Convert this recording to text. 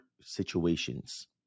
situations